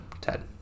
ted